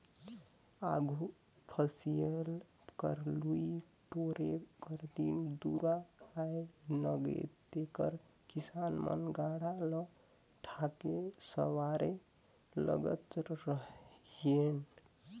आघु फसिल कर लुए टोरे कर दिन दुरा आए नगे तेकर किसान मन गाड़ा ल ठाठे सवारे लगत रहिन